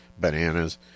bananas